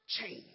change